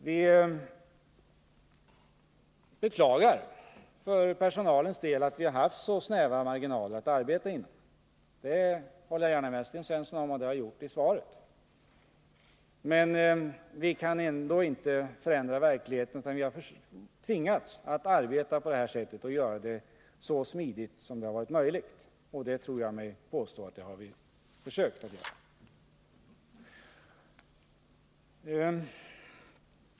Vi beklagar för personalens del att vi har haft så snäva marginaler att arbeta inom — i svaret har jag också hållit med Sten Svensson om att det är ett problem — men vi kan ändå inte förändra verkligheten, utan vi har tvingats att arbeta på det här sättet. Jag tror mig våga påstå att vi har försökt göra det så smidigt som möjligt.